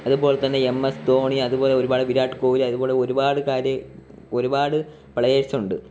അതുപോലെതന്നെ M S Dhoni അതുപോലൊരുപാട് വിരാഡ് കോലി അതുപോലൊരുപാട് കാര്യ ഒരുപാട് പ്ലേയേഴ്സ് ഉണ്ട്